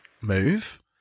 move